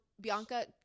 Bianca